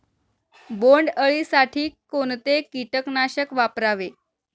बोंडअळी साठी कोणते किटकनाशक वापरावे?